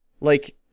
Like-